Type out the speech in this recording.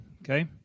okay